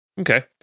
Okay